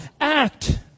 Act